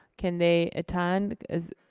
can they attend?